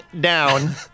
down